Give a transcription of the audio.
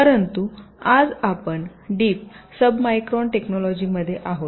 परंतु आज आपण डीप सब मायक्रॉन टेक्नोलोंजिमध्ये आहोत